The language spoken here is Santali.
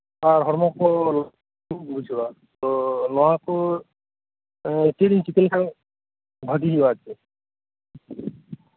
ᱟᱨ ᱦᱚᱲᱢᱚ ᱠᱚᱦᱚᱸ ᱴᱷᱤᱠᱵᱟᱹᱧ ᱵᱩᱡᱷᱟᱹᱣᱟ ᱛᱚ ᱱᱚᱣᱟᱠᱩᱪᱮᱫ ᱤᱧ ᱪᱮᱠᱟᱞᱮᱠᱷᱟᱡ ᱵᱷᱟᱜᱤ ᱦᱩᱭᱩᱜ ᱟ ᱟᱨᱠᱤ